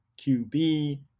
QB